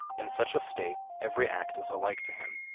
in such a state, every act is alike to him.